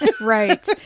right